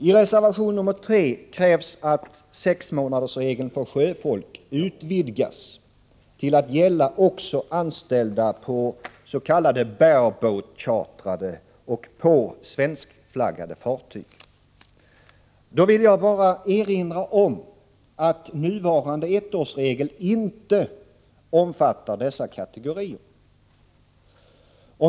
I reservation 3 krävs att sexmånadersregeln för sjöfolk utvidgas till att gälla också anställda på bare-boat-chartrade och svenskflaggade fartyg. Då vill jag bara erinra om att nuvarande ettårsregel inte omfattar dessa kategorier.